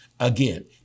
again